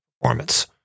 performance